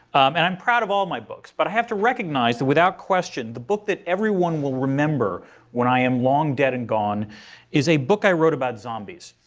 and i'm proud of all my books. but i have to recognize that without question the book that everyone will remember when i am long dead and gone is a book i wrote about zombies